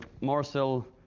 Marcel